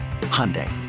Hyundai